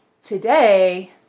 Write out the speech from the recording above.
today